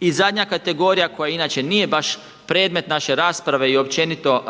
I zadnja kategorija koja inače nije baš predmet naše rasprave i općenito